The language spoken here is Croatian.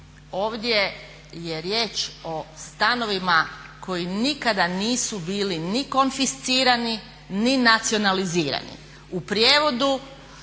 ovdje je riječ o stanovima koji nikada nisu bili ni konfiscirani ni nacionalizirani.